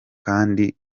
kandi